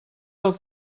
del